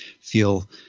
feel